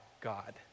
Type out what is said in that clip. God